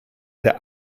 der